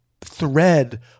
thread